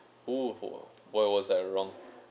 oo what was I wrong